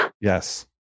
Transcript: Yes